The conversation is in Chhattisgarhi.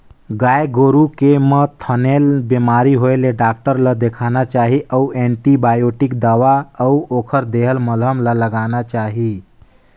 गाय गोरु के म थनैल बेमारी होय ले डॉक्टर ल देखाना चाही अउ एंटीबायोटिक दवा अउ ओखर देहल मलहम ल लगाना चाही